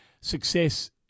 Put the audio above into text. success